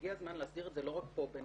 והגיע הזמן להסדיר את זה לא רק פה בין